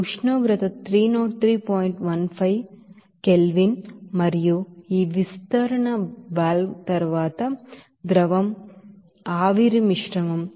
15 kelvin మరియు ఈ విస్తరణ వాల్వ్ తరువాత ద్రవం మరియు ఆవిరి మిశ్రమం 81